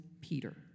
Peter